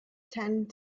tend